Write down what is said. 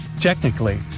Technically